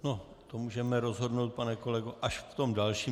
O tom můžeme rozhodnout, pane kolego, až v tom dalším.